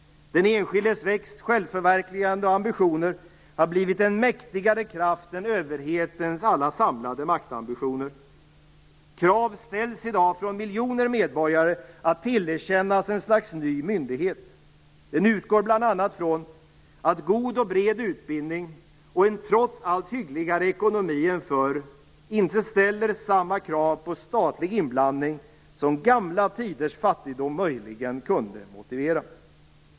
Den enskildes växt, självförverkligande och ambitioner har blivit en mäktigare kraft än överhetens alla samlade maktambitioner. Krav ställs i dag från miljoner medborgare att tillerkännas ett slags ny myndighet. Den utgår bl.a. från att god och bred utbildning och en trots allt hyggligare ekonomi än förr inte ställer samma krav på statlig inblandning som gamla tiders fattigdom möjligen kunde motivera.